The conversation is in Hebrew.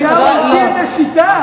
אני אזכיר את השר נהרי.